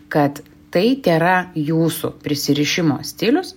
kad tai tėra jūsų prisirišimo stilius